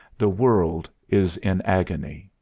the world is in agony.